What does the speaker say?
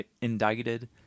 indicted